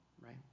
right